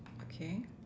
okay